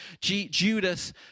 Judas